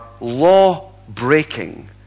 law-breaking